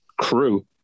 Crew